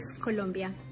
Colombia